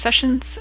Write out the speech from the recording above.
sessions